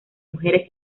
mujeres